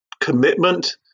commitment